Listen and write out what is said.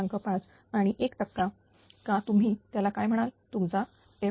5 आणि 1टक्के का तुम्ही त्याला काय म्हणाल तुमचा f0